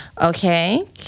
Okay